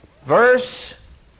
verse